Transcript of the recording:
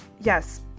Yes